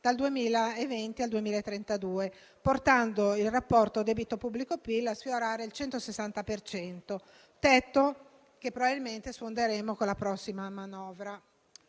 dal 2020 al 2032, portando il rapporto tra debito pubblico e PIL a sfiorare il 160 per cento, tetto che probabilmente sfonderemo con la prossima manovra.